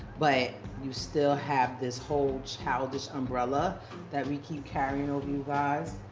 but you still have this whole childish umbrella that we keep carrying over you guys.